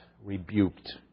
rebuked